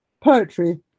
poetry